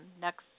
next